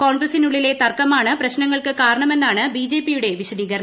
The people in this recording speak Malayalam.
കോൺഗ്രസ്സിനുള്ളിലെ തർക്കമാണ് പ്രശ്നങ്ങൾക്ക് കാരണമെന്നാണ് ബിജെപിയുടെ വിശദീകരണം